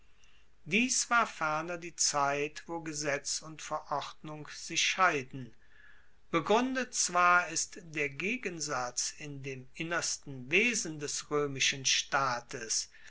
dies war ferner die zeit wo gesetz und verordnung sich schieden begruendet zwar ist der gegensatz in dem innersten wesen des roemischen staates